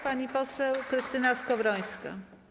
Pani poseł Krystyna Skowrońska.